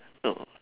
no